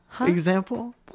example